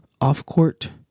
off-court